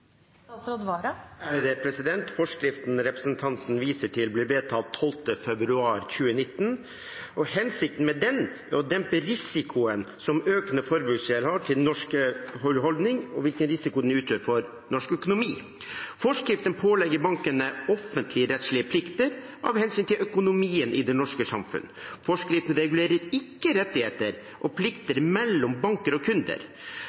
Forskriften representanten viser til, ble vedtatt 12. februar 2019, og hensikten med den er å dempe risikoen som den økende forbruksgjelden til norske husholdninger utgjør for norsk økonomi. Forskriften pålegger bankene offentligrettslige plikter av hensyn til økonomien i det norske samfunn. Forskriften regulerer ikke rettigheter og plikter mellom banker og kunder.